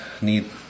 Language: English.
need